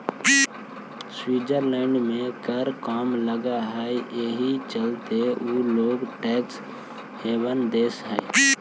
Switzerland में कर कम लग हई एहि चलते उ एगो टैक्स हेवन देश हई